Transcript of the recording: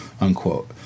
unquote